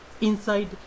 inside